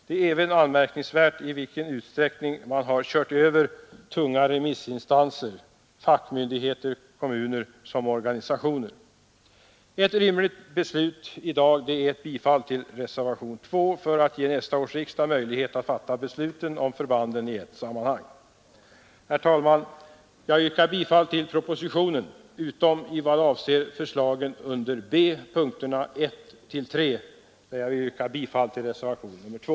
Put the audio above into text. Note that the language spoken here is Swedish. Det är även anmärkningsvärt i vilken utsträckning man har ”kört över” tunga remissinstanser, fackmyndigheter, kommuner och organisationer. Ett rimligt beslut i dag är bifall till reservationen 2 för att ge nästa års riksdag möjlighet att fatta besluten om förbanden i ett sammanhang. Fru talman! Jag yrkar bifall till utskottets hemställan utom i vad avser punkten B, momenten 1—3, där jag yrkar bifall till reservation nr 2.